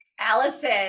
Allison